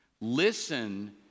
Listen